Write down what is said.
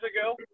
ago